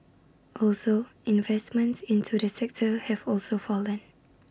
also investments into the sector have also fallen